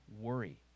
worry